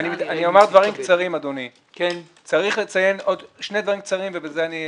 אני אומר שני דברים קצרים אדוני, ובזה אני אסיים: